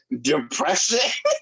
depression